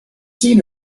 seen